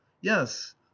yes